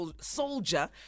Soldier